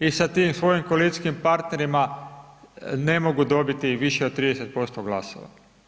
I sa tim svojim koalicijskim partnerima ne mogu dobiti više od 30% glasova.